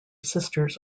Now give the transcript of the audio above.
sisters